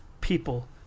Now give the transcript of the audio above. people